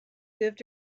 lived